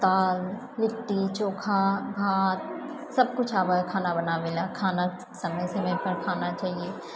दाल लिट्टी चोखा भात सबकिछु आबए है खाना बनाबए लए खाना समय समय पर खाना चाहिए